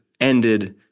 ended